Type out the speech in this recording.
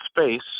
space